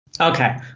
Okay